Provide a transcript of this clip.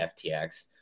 FTX